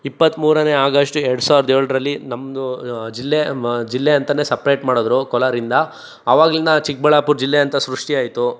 ಇಪ್ಪತ್ತ್ಮೂರನೇ ಆಗಸ್ಟ್ ಎರಡು ಸಾವ್ರದ ಏಳರಲ್ಲಿ ನಮ್ದು ಜಿಲ್ಲೆ ಜಿಲ್ಲೆ ಅಂತಲೇ ಸಪ್ರೇಟ್ ಮಾಡಿದ್ರು ಕೋಲಾರಿಂದ ಆವಾಗಲಿಂದ ಚಿಕ್ಕಬಳ್ಳಾಪುರ ಜಿಲ್ಲೆ ಅಂತ ಸೃಷ್ಟಿಯಾಯ್ತು